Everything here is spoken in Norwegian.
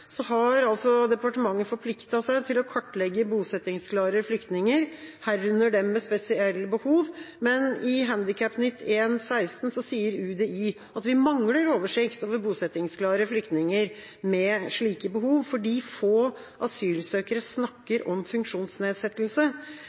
har altså departementet forpliktet seg til å kartlegge bosettingsklare flyktninger, herunder dem med spesielle behov. I Handikapnytt 1/16 sier UDI at de mangler oversikt over bosettingsklare flyktninger med sånne behov fordi få asylsøkere snakker om funksjonsnedsettelse.